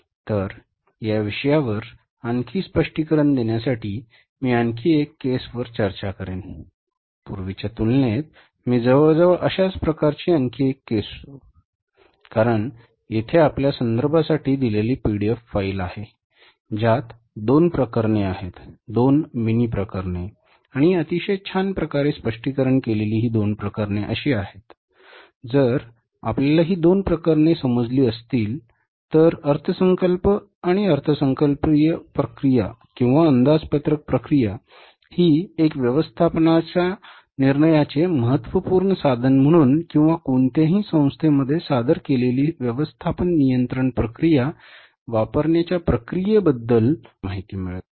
तर या विषयावर आणखी स्पष्टीकरण देण्यासाठी मी आणखी एका केस वर चर्चा करेन पूर्वीच्या तुलनेत मी जवळजवळ अशाच प्रकारची आणखी एक केस सोडवू कारण येथे आपल्या संदर्भासाठी दिलेली पीडीएफ फाइल आहे ज्यात दोन प्रकरणे आहेत दोन मिनी प्रकरणे आणि अतिशय छान प्रकारे स्पष्टीकरण केलेली ही दोन प्रकरणे अशी आहेत जर आपल्याला ही दोन प्रकरणे समजली असतील तर अर्थसंकल्प आणि अर्थसंकल्पीय प्रक्रिया किंवा अंदाजपत्रक प्रक्रिया ही एक व्यवस्थापनाच्या निर्णयाचे महत्त्वपूर्ण साधन म्हणून किंवा कोणत्याही संस्थेमध्ये सादर केलेली व्यवस्थापन नियंत्रण प्रक्रिया वापरण्याच्या प्रक्रियेबद्दल आपल्याला अगदी स्पष्टपणे माहिती मिळेल